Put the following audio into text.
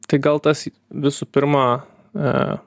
tai gal tas visų pirma